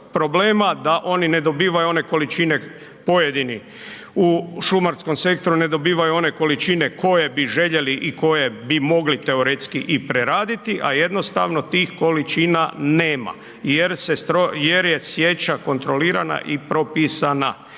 problema da oni ne dobivaju one količine pojedinih, u šumarskom sektoru ne dobivaju one količine koje bi željeli i koje bi mogli teoretski i preraditi a jednostavno tih količina nema jer je sječa kontrolirana i propisana